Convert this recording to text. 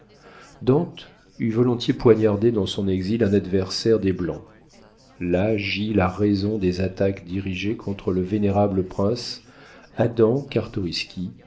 dante eût volontiers poignardé dans son exil un adversaire des blancs là gît la raison des attaques dirigées contre le vénérable prince adam